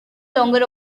longer